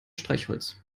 streichholz